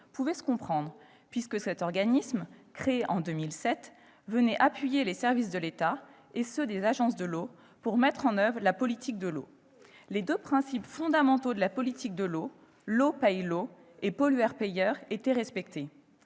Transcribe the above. pouvait se comprendre puisque cet organisme, créé en 2007, venait appuyer les services de l'État et ceux des agences de l'eau pour mettre en oeuvre la politique de l'eau. Les deux principes fondamentaux de la politique de l'eau- « l'eau paie l'eau » et « pollueur-payeur »-étaient respectés.